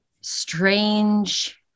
strange